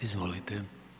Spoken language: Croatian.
Izvolite.